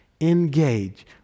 Engage